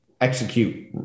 execute